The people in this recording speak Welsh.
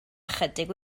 ychydig